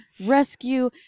rescue